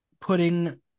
putting